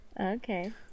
okay